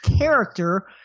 character